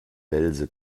welse